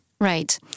Right